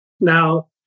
Now